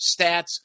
stats